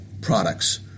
products